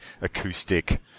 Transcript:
acoustic